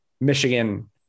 Michigan